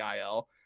IL